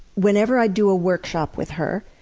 whenever i do a workshop with her,